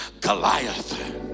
Goliath